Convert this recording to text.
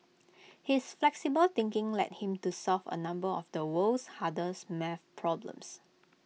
his flexible thinking led him to solve A number of the world's hardest math problems